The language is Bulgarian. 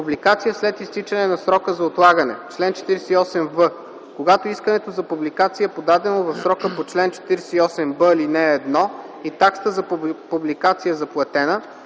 Публикация след изтичане на срока за отлагане Чл. 48в. Когато искането за публикация е подадено в срока по чл. 48б, ал.1 и таксата за публикация е заплатена,